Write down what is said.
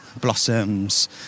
blossoms